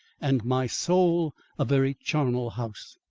and my soul a very charnel house.